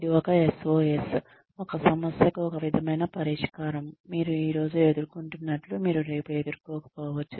ఇది ఒక SOS ఒక సమస్యకు ఒక విధమైన పరిష్కారం మీరు ఈ రోజు ఎదుర్కొంటున్నట్లు మీరు రేపు ఎదుర్కోకపోవచ్చు